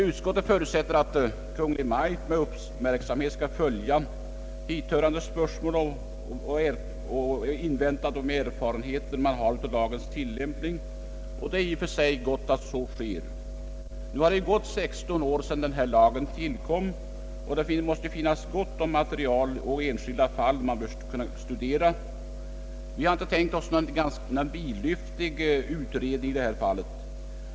Utskottet förutsätter att Kungl. Maj:t med uppmärksamhet skall följa hithörande spörsmål och invänta erfarenheter om lagens tillämpning. Det är i och för sig gott att så sker. Det har nu gått 16 år sedan lagen tillkom, och det måste ju finnas gott om material och många enskilda fall man bör kunna studera. Motionärerna har inte tänkt sig en lång och vidlyftig utredning.